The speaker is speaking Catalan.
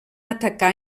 atacar